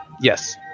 Yes